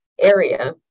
area